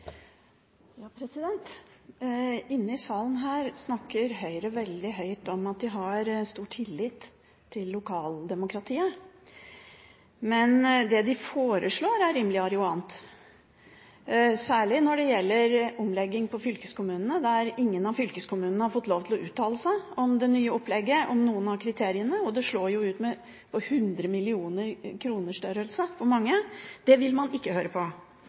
Inne i salen her snakker Høyre veldig høyt om at de har stor tillit til lokaldemokratiet. Men det de foreslår, er jo noe annet, særlig når det gjelder omlegging for fylkeskommunene, for ingen av fylkeskommunene har fått lov til å uttale seg om det nye opplegget og noen av kriteriene. Det slår jo ut i størrelsesorden 100 mill. kr for mange. Det vil man ikke høre på.